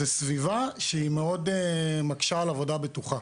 זו סביבה שמקשה מאוד על עבודה בטוחה.